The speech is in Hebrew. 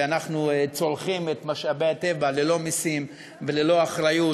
ואנחנו צורכים את משאבי הטבע ללא משים וללא אחריות,